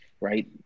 right